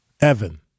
Evan